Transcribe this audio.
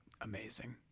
Amazing